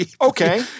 Okay